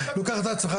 לוקח את עצמך,